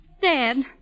Dad